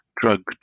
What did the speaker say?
drug